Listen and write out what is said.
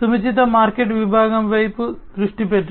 సముచిత మార్కెట్ విభాగంపై దృష్టి పెట్టడం